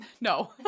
No